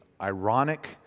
Ironic